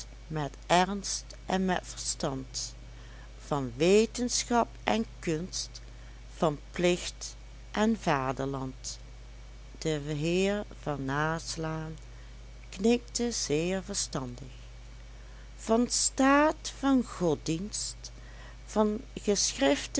met ernst en met verstand van wetenschap en kunst van plicht en vaderland de heer van naslaan knikte zeer verstandig van staat van godsdienst van geschriften